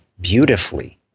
beautifully